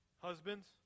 Husbands